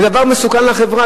זה דבר מסוכן לחברה.